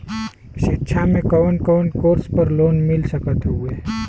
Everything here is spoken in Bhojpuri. शिक्षा मे कवन कवन कोर्स पर लोन मिल सकत हउवे?